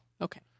Okay